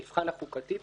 המבחן החוקתי פה.